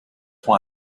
why